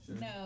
No